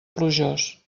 plujós